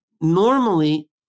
normally